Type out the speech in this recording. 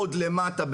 עוד למטה,